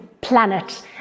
planet